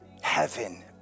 heaven